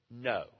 No